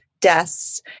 deaths